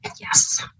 Yes